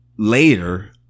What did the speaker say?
later